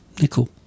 nickel